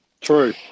True